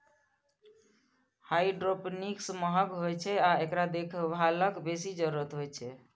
hydroponics महंग होइ छै आ एकरा देखभालक बेसी जरूरत होइ छै